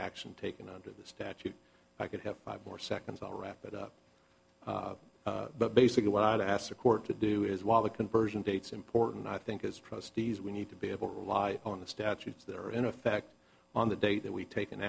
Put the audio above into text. action taken under the statute i could have five more seconds all wrap it up but basically what i'd ask the court to do is while the conversion dates important i think it's trustees we need to be able to live on the statutes that are in effect on the day that we take an